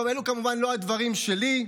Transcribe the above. אלו כמובן לא הדברים שלי,